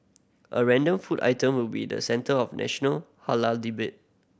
a random food item will be the centre of national halal debate